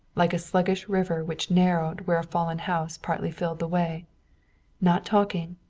like a sluggish river which narrowed where a fallen house partly filled the way not talking,